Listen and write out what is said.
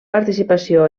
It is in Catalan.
participació